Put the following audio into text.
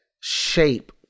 shape